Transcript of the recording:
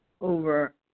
over